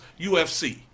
UFC